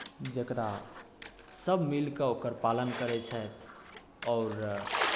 जकरा सभ मिलि कऽ ओकर पालन करैत छथि आओर